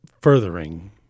furthering